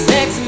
Sex